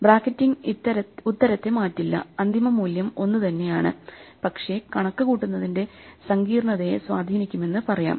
bracketing ഉത്തരത്തെ മാറ്റില്ല അന്തിമ മൂല്യം ഒന്നുതന്നെയാണ് പക്ഷേ കണക്കുകൂട്ടുന്നതിന്റെ സങ്കീർണ്ണതയെ സ്വാധീനിക്കുമെന്ന് പറയാം